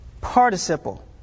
participle